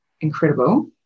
incredible